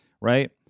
right